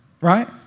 Right